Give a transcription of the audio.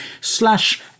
slash